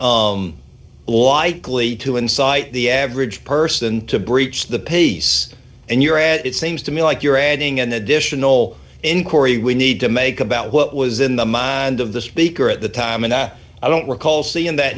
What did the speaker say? n likely to incite the average person to breach the pace and you're at it seems to me like you're adding an additional inquiry we need to make about what was in the mind of the speaker at the time and i don't recall seeing that